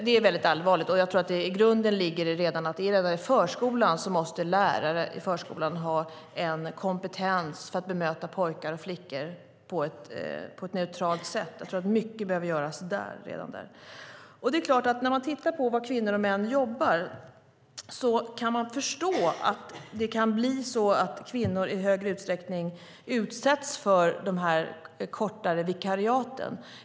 Det är allvarligt, och jag tror att grunden ligger redan i förskolan. Där måste lärarna ha en kompetens för att bemöta pojkar och flickor på ett neutralt sätt. Mycket behöver göras redan där. När man tittar på var kvinnor och män jobbar kan man förstå att det kan bli så att kvinnor i större utsträckning utsätts för de kortare vikariaten.